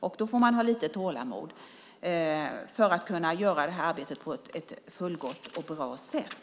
Man får ha lite tålamod för att kunna göra arbetet på ett fullgott och bra sätt.